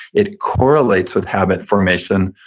it correlates with habit formation,